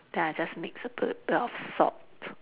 then I just mix and put a bit of salt